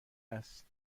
است